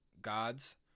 gods